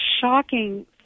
shocking